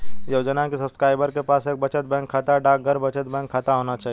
योजना के सब्सक्राइबर के पास एक बचत बैंक खाता, डाकघर बचत बैंक खाता होना चाहिए